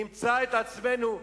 ונמצא את עצמנו,